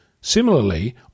Similarly